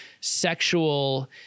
sexual